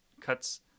cuts